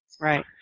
Right